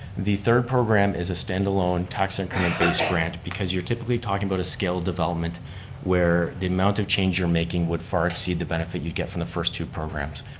the third program is a standalone tax increment-based grant because you're typically talking about a scaled development where the amount of change you're making would far exceed the benefit you get from the first two programs.